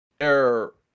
error